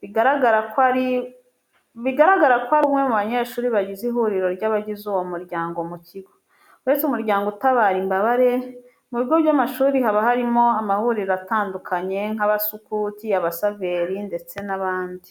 bigaragara ko ari umwe mu banyeshuri bagize ihuriro ry'abagize uwo muryango mu kigo. Uretse umuryango utabara imbabare, mu bigo by'amashuri haba harimo amahuriro atandukanye nk'abasukuti, abasaveri ndetse n'abandi.